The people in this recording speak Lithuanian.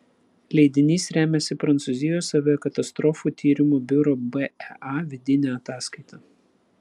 leidinys remiasi prancūzijos aviakatastrofų tyrimų biuro bea vidine ataskaita